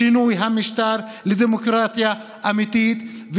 לשינוי המשטר לדמוקרטיה אמיתית,